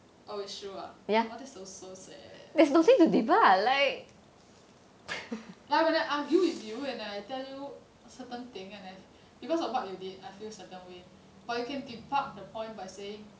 oh it's true ah !wah! that's so sad but when I argue with you and I tell you certain thing and I because of what you did I feel certain way but you can debug the point by saying